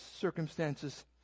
circumstances